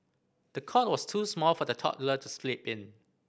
the cot was too small for the toddler to sleep in